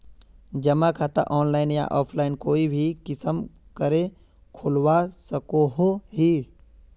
जमा खाता ऑनलाइन या ऑफलाइन कोई भी किसम करे खोलवा सकोहो ही?